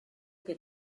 que